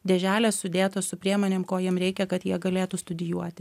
dėželės sudėtos su priemonėm ko jiem reikia kad jie galėtų studijuoti